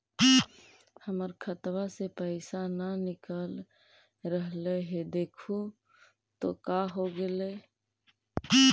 हमर खतवा से पैसा न निकल रहले हे देखु तो का होगेले?